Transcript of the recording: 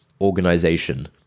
organization